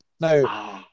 Now